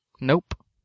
Nope